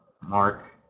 Mark